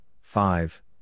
five